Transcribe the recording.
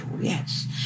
yes